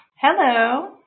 Hello